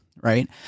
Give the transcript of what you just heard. right